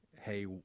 hey